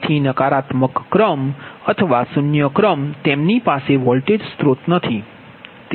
તેથી નકારાત્મક ક્રમ અથવા શૂન્ય ક્રમ તેમની પાસે વોલ્ટેજ સ્રોત નથી